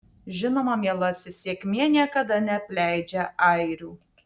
žinoma mielasis sėkmė niekada neapleidžia airių